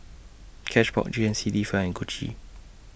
Cashbox G N C D Fine and Gucci